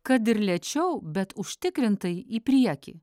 kad ir lėčiau bet užtikrintai į priekį